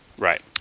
Right